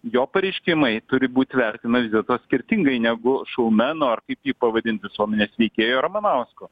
jo pareiškimai turi būt vertinami vis dėlto skirtingai negu šoumeno ar kaip jį pavadint visuomenės veikėjo ramanausko